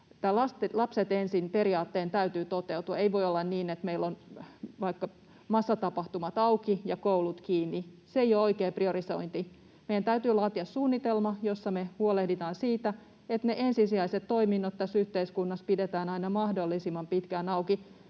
lapset ensin ‑periaatteen täytyy toteutua. Ei voi olla niin, että meillä ovat vaikka massatapahtumat auki ja koulut kiinni. Se ei ole oikea priorisointi. Meidän täytyy laatia suunnitelma, jossa me huolehditaan siitä, että ensisijaiset toiminnot tässä yhteiskunnassa pidetään aina mahdollisimman pitkään auki,